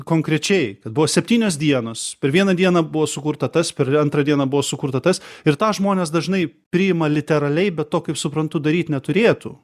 konkrečiai kad buvo septynios dienos per vieną dieną buvo sukurta tas per antrą dieną buvo sukurta tas ir tą žmonės dažnai priima literaliai be to kaip suprantu daryt neturėtų